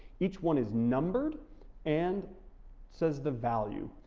each one is numbered and says the value.